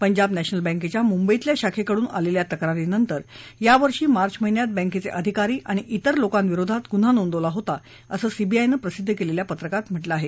Punjab national बँकेच्या मुंबईतल्या शाखेकडून आलेल्या तक्रारीनंतर या वर्षी मार्च महिन्यात बँकेचे अधिकारी आणि इतर लोकांविरोधात गुन्हा नोंदवला होता असं सीबीआयनं प्रसिद्ध केलेल्या पत्रकात म्हटलं आहे